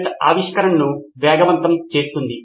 నేను చిత్రాన్ని తీసినట్లు నేను దాన్ని ఎలా సవరించగలను